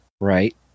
Right